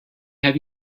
have